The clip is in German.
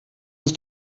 ist